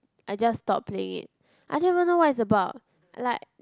I just stopped playing it I don't even know what it's about like